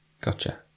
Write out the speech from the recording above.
Gotcha